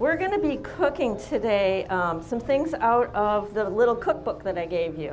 we're going to be cooking today some things out of the little cookbook that i gave you